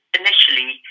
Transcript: initially